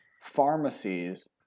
pharmacies